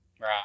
Right